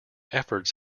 efforts